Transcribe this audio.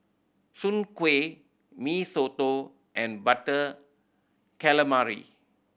soon kway Mee Soto and Butter Calamari